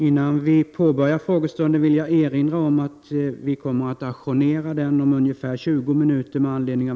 Initiativet har mottagits väl från marinens sida och föranlett ett lyckönskningstelegram från chefen för marinen.